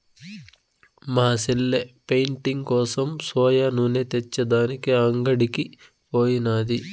మా సెల్లె పెయింటింగ్ కోసం సోయా నూనె తెచ్చే దానికి అంగడికి పోయినాది